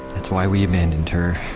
that's why we abandoned her,